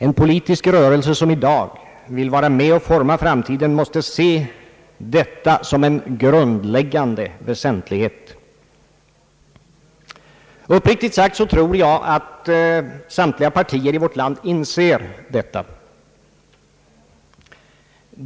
En politisk rörelse som i dag vill vara med och forma framtiden måste se detta som en grundläggande väsentlighet. Uppriktigt sagt tror jag att samtliga partier i vårt land inser detta.